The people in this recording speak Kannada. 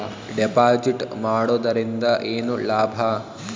ಡೆಪಾಜಿಟ್ ಮಾಡುದರಿಂದ ಏನು ಲಾಭ?